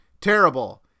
terrible